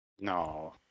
no